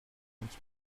once